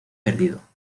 perdido